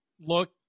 look